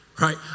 right